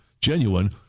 genuine